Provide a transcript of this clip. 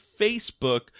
Facebook